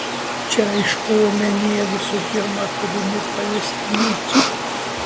čia aišku omenyje visų pirma turimi palestiniečiai